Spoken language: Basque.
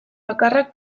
bakarrak